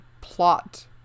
plot